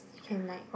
~s you can like